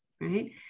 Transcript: right